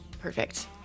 Perfect